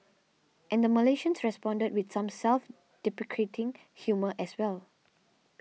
and Malaysians responded with some self deprecating humour as well